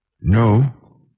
No